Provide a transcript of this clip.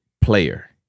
player